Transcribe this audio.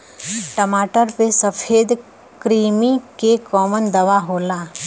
टमाटर पे सफेद क्रीमी के कवन दवा होला?